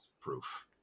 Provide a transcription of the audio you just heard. proof